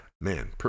man